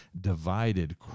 divided